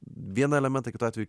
vieną elementą kitu atveju